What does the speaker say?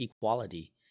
equality